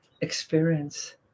experience